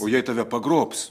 o jei tave pagrobs